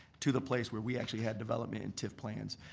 to the place where we actually had development and tif plans.